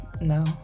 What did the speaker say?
no